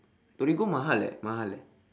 torigo mahal eh mahal eh